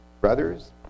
brothers